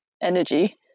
energy